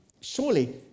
surely